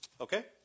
Okay